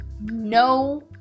no